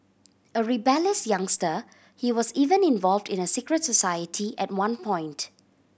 a rebellious youngster he was even involved in a secret society at one point